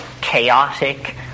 chaotic